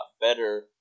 better